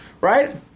right